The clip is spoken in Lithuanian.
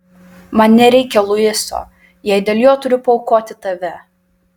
man nereikia luiso jei dėl jo turiu paaukoti tave